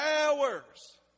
hours